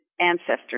ancestors